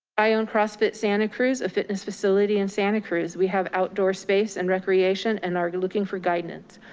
i own crossfit santa cruz, a fitness facility in santa cruz. we have outdoor space in recreation and are looking for guidance.